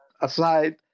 aside